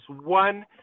One